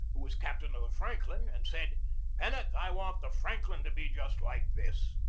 who was captain of the franklin, and said pennock, i want the franklin to be just like this.